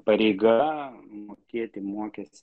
pareiga mokėti mokestį